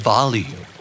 Volume